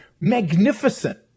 magnificent